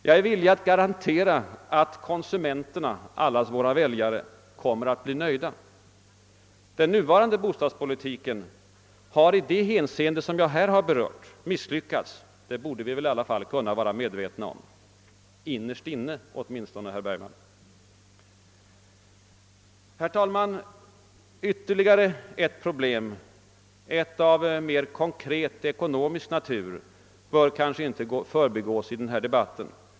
Jag är villig att garantera att konsumenterna — allas våra väljare — kommer att bli nöjda. Den nuvarande bostadspolitiken har i det hänseende som jag här har berört misslyckats — det borde vi alla vara medvetna om, åtminstone innerst inne, herr Bergman. Herr talman! Ytterligare ett problem av mer konkret ekonomisk natur bör kanske inte förbigås i den här debatten.